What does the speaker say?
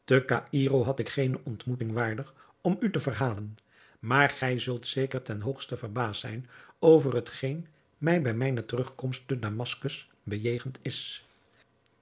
caïro had ik geene ontmoeting waardig om u te verhalen maar gij zult zeer zeker ten hoogste verbaasd zijn over hetgeen mij bij mijne terugkomst te damaskus bejegend is